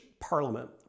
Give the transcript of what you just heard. Parliament